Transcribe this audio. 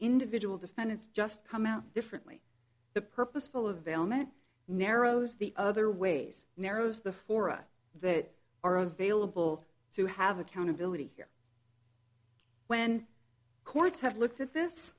individual defendants just come out differently the purposeful of ailment narrows the other ways narrows the fora that are available to have accountability here when courts have looked at this